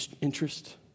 interest